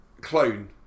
clone